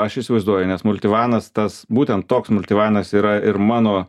aš įsivaizduoju nes multivanas tas būtent toks multivanas yra ir mano